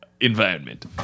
environment